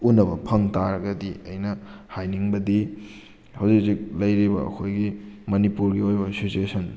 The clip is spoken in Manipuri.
ꯎꯅꯕ ꯐꯪ ꯇꯥꯔꯒꯗꯤ ꯑꯩꯅ ꯍꯥꯏꯅꯤꯡꯕꯗꯤ ꯍꯧꯖꯤꯛ ꯍꯧꯖꯤꯛ ꯂꯩꯔꯤꯕ ꯑꯩꯈꯣꯏꯒꯤ ꯃꯅꯤꯄꯨꯔꯒꯤ ꯑꯣꯏꯕ ꯁꯤꯆꯨꯋꯦꯁꯟ